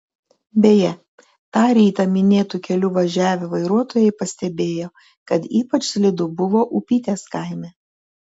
beje tą rytą minėtu keliu važiavę vairuotojai pastebėjo kad ypač slidu buvo upytės kaime